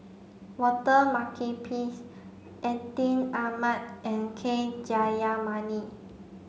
Walter Makepeace Atin Amat and K Jayamani